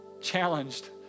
challenged